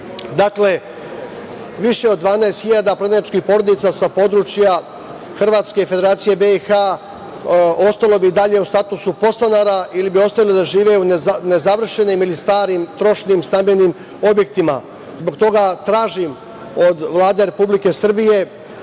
više od 12 hiljada prognaničkih porodica sa područja Hrvatske i Federacije BiH ostalo bi i dalje u statusu podstanara ili bi ostali da žive u nezavršenim ili starim, trošnim stambenim objektima. Zbog toga tražim od Vlade Republike Srbije